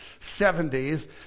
70s